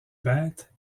bêtes